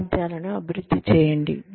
సామర్థ్యాలను అభివృద్ధి చేయండి